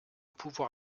pouvoir